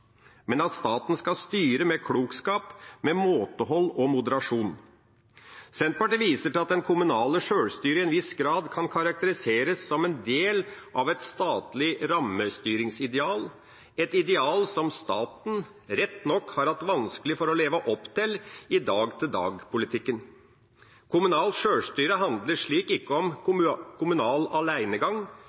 men at staten skal styre med klokskap, med måtehold og moderasjon. Senterpartiet viser til at det kommunale sjølstyret til en viss grad kan karakteriseres som en del av et statlig rammestyringsideal, et ideal som staten rett nok har hatt vanskelig for å leve opp til i dag-til-dag-politikken. Kommunalt sjølstyre handler slik ikke om kommunal alenegang.